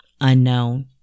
Unknown